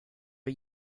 are